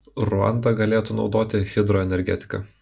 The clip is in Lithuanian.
ruanda galėtų naudoti hidroenergetiką